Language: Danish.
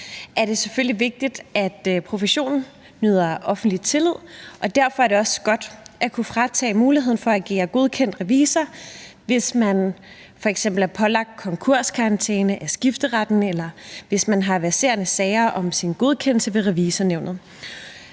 vigtigt, at professionen nyder offentlig tillid, og derfor er det også godt at kunne fratages muligheden for at agere godkendt revisor, hvis man f.eks. er pålagt konkurskarantæne af skifteretten, eller hvis man har verserende sager om sin godkendelse ved Revisornævnet.